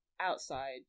outside